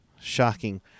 Shocking